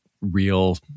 real